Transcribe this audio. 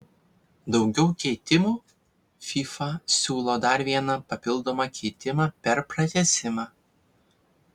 daugiau keitimų fifa siūlo dar vieną papildomą keitimą per pratęsimą